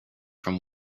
from